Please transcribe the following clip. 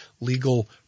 legal